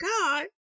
God